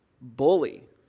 bully